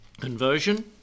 Conversion